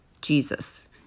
Jesus